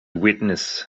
witness